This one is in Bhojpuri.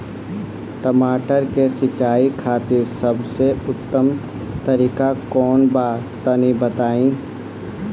टमाटर के सिंचाई खातिर सबसे उत्तम तरीका कौंन बा तनि बताई?